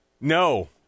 No